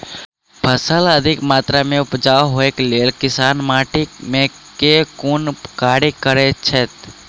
फसल अधिक मात्रा मे उपजाउ होइक लेल किसान माटि मे केँ कुन कार्य करैत छैथ?